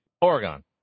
Oregon